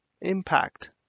impact